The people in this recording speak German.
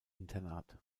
internat